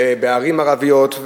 בערים ערביות,